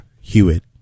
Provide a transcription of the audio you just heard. Hewitt